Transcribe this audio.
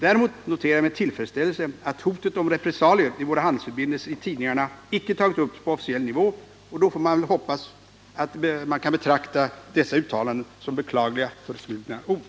Däremot noterar jag med tillfredsställelse att hotet i tidningarna om repressalier i våra handelsförbindelser icke tagits upp på officiell nivå, och då får man väl, hoppas jag, betrakta dessa uttalanden som beklagliga förflugna ord.